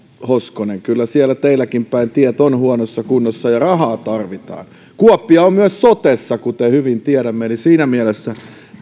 hoskonen kyllä siellä teilläkin päin tiet ovat huonossa kunnossa ja rahaa tarvitaan kuoppia on myös sotessa kuten hyvin tiedämme eli siinä mielessä